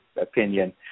opinion